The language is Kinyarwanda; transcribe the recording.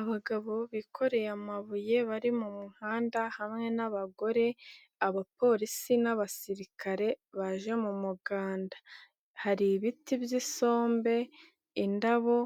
Abagabo bikoreye amabuye bari mu muhanda hamwe n'abagore, abapolisi n'abasirikare baje mu muganda, hari ibiti by'isombe, indabo